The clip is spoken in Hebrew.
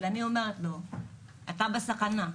אמרתי לו שהוא בסכנה,